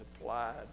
applied